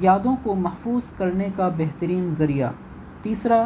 یادوں کو محفوظ کرنے کا بہترین ذریعہ تیسرا